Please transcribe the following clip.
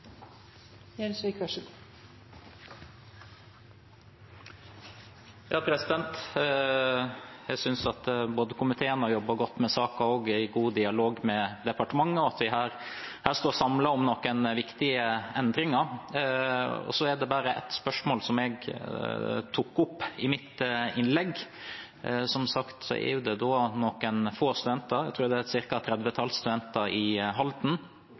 Jeg synes både at komiteen har jobbet godt med saken, i god dialog med departementet, og at vi her står samlet om noen viktige endringer. Så er det et spørsmål som jeg tok opp i mitt innlegg. Som sagt er det noen få studenter i Halden – et tredvetalls, tror jeg – som påbegynte sin bachelorutdanning i 2018. Det vil si at de ikke er